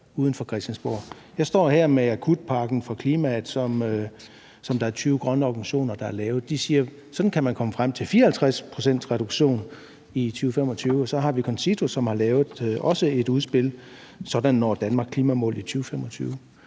uden for Christiansborg. Jeg står her med »Akutpakke for klimaet«, som der er 20 grønne organisationer der har lavet. De siger: Sådan kan man komme frem til 54 pct. i 2025. Og så har vi CONCITO, som også har lavet et udspil, »Sådan når Danmark klimamålet i 2025«.